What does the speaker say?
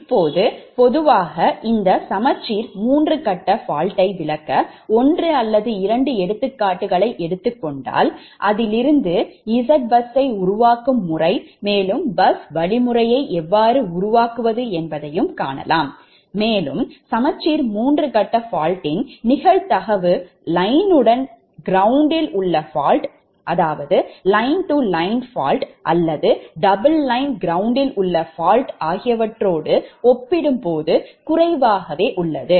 இப்போது பொதுவாக இந்த சமச்சீர் மூன்று கட்ட faultயை விளக்க ஒன்று அல்லது இரண்டு எடுத்துக்காட்டுகளை எடுத்துக் கொண்டால் Z bus யை உருவாக்கும் முறை பஸ் வழிமுறையை எவ்வாறு உருவாக்குவது என்பதையும் சமச்சீர் 3 கட்ட faultயின் நிகழ்தகவு lineயுடன் groundயில் உள்ள fault line line fault அல்லது double line groundயில் உள்ள fault ஆகியவற்றுடன் ஒப்பிடும்போது குறைவாக உள்ளது